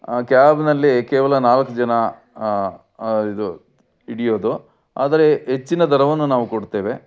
ಆ ಕ್ಯಾಬ್ನಲ್ಲಿ ಕೇವಲ ನಾಲ್ಕು ಜನ ಇದು ಹಿಡಿಯೋದು ಆದರೆ ಹೆಚ್ಚಿನ ದರವನ್ನು ನಾವು ಕೊಡ್ತೇವೆ